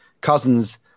Cousins